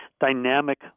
dynamic